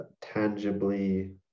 tangibly